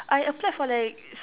I applied for like s~